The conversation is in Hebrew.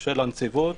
של הנציבות,